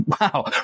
wow